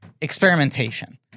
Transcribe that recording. experimentation